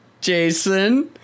Jason